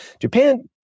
Japan